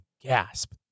Gasp